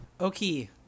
Okay